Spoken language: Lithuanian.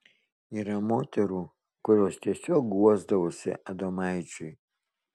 yra moterų kurios tiesiog guosdavosi adomaičiui